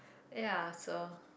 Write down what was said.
yeah so